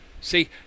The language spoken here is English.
See